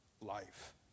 life